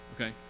okay